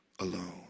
alone